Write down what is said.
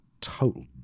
total